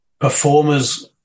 Performers